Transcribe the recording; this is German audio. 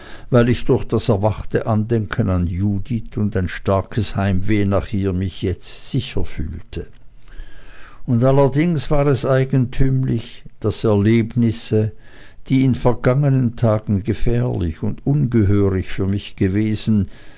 weil ich durch das erwachte andenken an judith und ein starkes heimweh nach ihr mich jetzt sicher fühlte und allerdings war es eigentümlich daß erlebnisse die in vergangenen tagen gefährlich und ungehörig für mich gewesen